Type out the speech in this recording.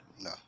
No